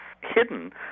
hidden